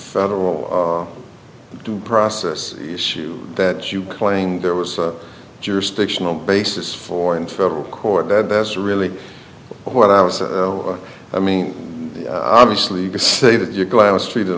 federal due process issue that you claimed there was a jurisdictional basis for in federal court that that's really what i was i mean obviously you say that you're glad i was treated